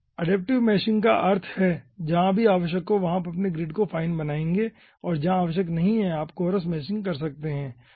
adaptive meshing का अर्थ है जहां भी आवश्यक हो वहां आप अपने ग्रिड को फाइन बनाएंगे और जहां आवश्यक नहीं है आप कोरस मेशिंग कर सकते हैं